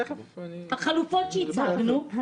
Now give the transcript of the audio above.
תיכף אני אדבר על זה.